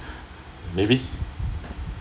maybe